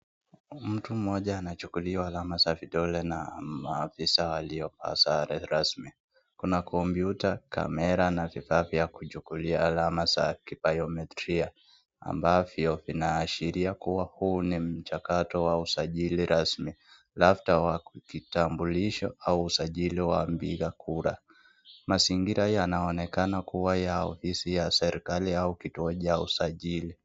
Mtu mmoja anachukuliwa alama za vidole na mafisa waliovaa sare rasmi. Kuna kompyuta, kamera na vifaa vya kuchukulia alama za kibayometria ambavyo vinaashiria kuwa kuna mchakato wa usajili rasmi, labda wa kitambulisho au usajili wa mpiga kura. Mazingira yaonekana kuwa ya ofisi ya serkali ya kituo cha usajili.